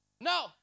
No